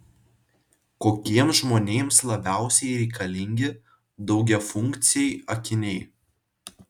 kokiems žmonėms labiausiai reikalingi daugiafunkciai akiniai